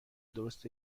درست